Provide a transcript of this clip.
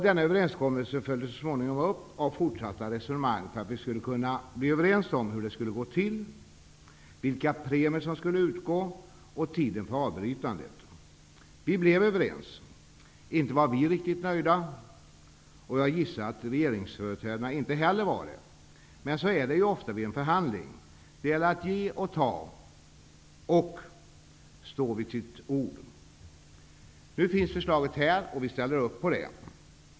Denna överenskommelse följdes så småningom upp av fortsatta resonemang för att vi skulle kunna bli överens om hur det skulle gå till, vilka premier som skulle utgå och tiden för avbrytandet. Vi blev överens. Inte var vi riktigt nöjda, och jag gissar att regeringsföreträdarna inte heller var det. Men så är det ju ofta vid en förhandling. Det gäller att ge och ta samt att stå vid sitt ord. Nu finns förslaget här och vi ställer upp på det.